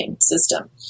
system